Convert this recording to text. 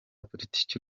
politiki